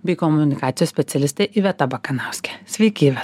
bei komunikacijos specialistė iveta bakanauskė sveiki iveta